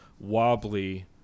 wobbly